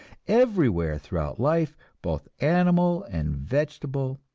everywhere throughout life, both animal and vegetable,